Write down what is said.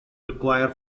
require